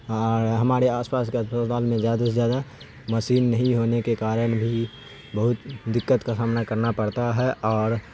ہماڑے آس پاس کے اسپتال میں زیادہ سے زیادہ مسین نہیں ہونے کے کارن بھی بہت دقت کا سامنا کرنا پڑتا ہے اور